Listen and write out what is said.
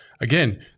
again